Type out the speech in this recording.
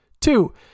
Two